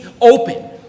open